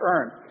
earn